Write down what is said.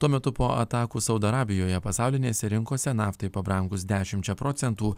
tuo metu po atakų saudo arabijoje pasaulinėse rinkose naftai pabrangus dešimčia procentų